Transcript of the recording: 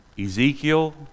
Ezekiel